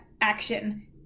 action